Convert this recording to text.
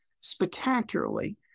spectacularly